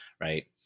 right